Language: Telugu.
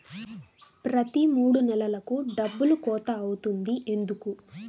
ప్రతి మూడు నెలలకు డబ్బులు కోత అవుతుంది ఎందుకు?